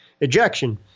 ejection